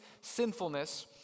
sinfulness